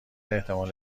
احتمال